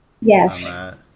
yes